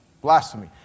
blasphemy